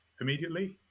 immediately